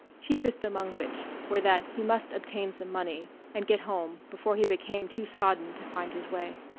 chiefest among which were that he must obtain some money and get home before he became too sodden to find his way.